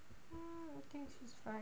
mm I think it's fun